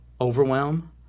overwhelm